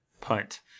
punt